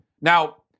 Now